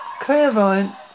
clairvoyant